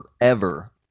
forever